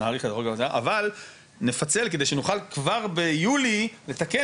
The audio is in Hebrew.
נאריך אבל נפצל כדי שנוכל כבר ביולי לתקן